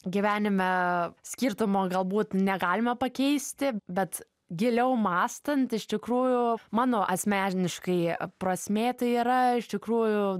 gyvenime skirtumo galbūt negalime pakeisti bet giliau mąstant iš tikrųjų mano asmeniškai prasmė tai yra iš tikrųjų